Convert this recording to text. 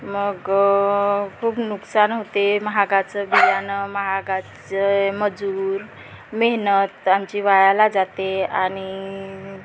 मग खूप नुकसान होते महागाचं बियाणं महागाचे मजूर मेहनत आमची वायाला जाते आणि